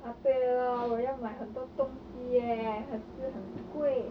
ah 对 lor 我要买很多东西 leh 可是很贵